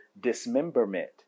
dismemberment